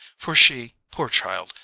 for she, poor child,